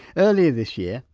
earlier this year,